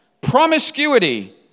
promiscuity